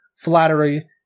flattery